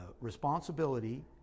responsibility